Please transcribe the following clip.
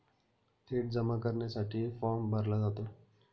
थेट जमा करण्यासाठीही फॉर्म भरला जातो